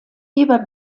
hierbei